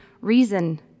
reason